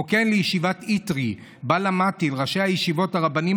לישיבת איתרי שבה למדתי ולראשי הישיבה הרבנים